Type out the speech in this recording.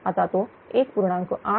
आता तो 1